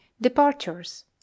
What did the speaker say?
Departures